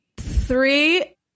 three